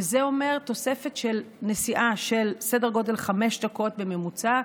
וזה אומר תוספת של סדר גודל של חמש דקות נסיעה בממוצע.